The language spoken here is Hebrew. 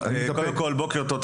בוקר טוב,